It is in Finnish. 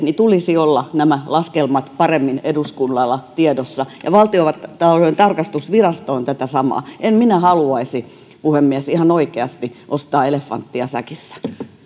tulisi olla nämä laskelmat paremmin eduskunnalla tiedossa ja valtiontalouden tarkastusvirasto on tätä samaa sanonut en minä haluaisi puhemies ihan oikeasti ostaa elefanttia säkissä